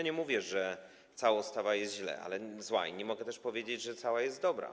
Nie mówię, że cała ustawa jest zła, i nie mogę też powiedzieć, że cała jest dobra.